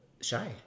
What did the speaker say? shy